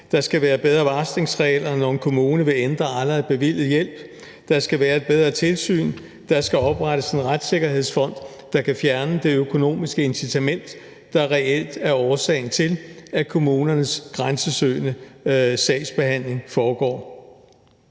der skal være bedre varslingsregler, når en kommune vil ændre allerede bevilget hjælp; der skal være et bedre tilsyn; der skal oprettes en retssikkerhedsfond, der kan fjerne det økonomiske incitament, der reelt er årsagen til, at kommunernes grænsesøgende sagsbehandling foregår.